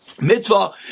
Mitzvah